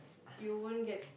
you won't get